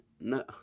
No